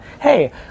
hey